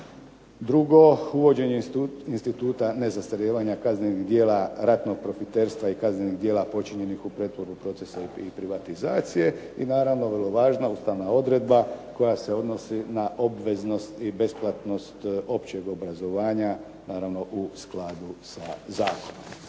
drugo uvođenje instituta nezastarijevanja kaznenog djela ratnog profiterstva i kaznenih djela počinjenih u procesu pretvorbe i privatizacije i naravno vrlo važna ustavna odredba koja se odnosi na obveznosti i besplatnost općeg obrazovanja naravno u skladu sa Zakonom.